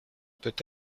peut